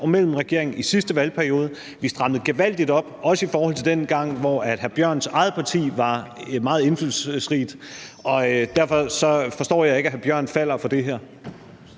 og i regeringen i sidste valgperiode. Vi strammede gevaldigt op, også i forhold til dengang, hvor hr. Mikkel Bjørns eget parti var et meget indflydelsesrigt parti. Derfor forstår jeg ikke, at hr. Mikkel Bjørn falder for det her.